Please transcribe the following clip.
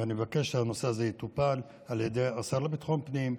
ואני מבקש שהנושא הזה יטופל על ידי השר לביטחון הפנים,